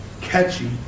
catchy